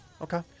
okay